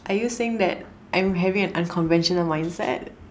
are you saying that I'm having an unconventional mindset